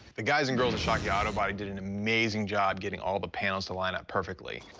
the guys and girls at shockey auto body did an amazing job getting all the panels to line up perfectly.